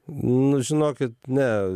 nu žinokit ne